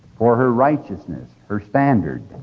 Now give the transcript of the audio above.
for her righteousness, her standard.